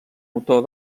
autor